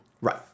Right